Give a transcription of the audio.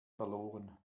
verloren